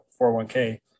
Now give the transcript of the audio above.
401k